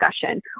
discussion